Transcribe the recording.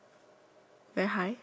I don't know